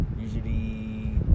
Usually